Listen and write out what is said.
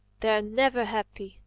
they're never happy.